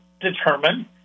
determine